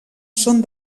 són